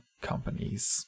companies